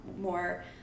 more